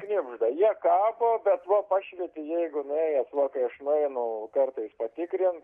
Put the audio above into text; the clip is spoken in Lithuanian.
knibžda jie kabo bet va pašvieti jeigu nuėjęs vo kai aš nueinu kartais patikrint